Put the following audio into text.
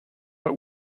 but